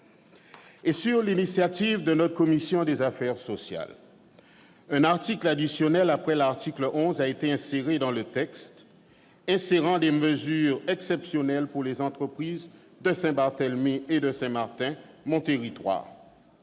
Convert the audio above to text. Sur l'initiative de notre commission des affaires sociales, un article additionnel après l'article 11 a été inséré dans le texte, instaurant des mesures exceptionnelles pour les entreprises de Saint-Barthélemy et de Saint-Martin, mon territoire.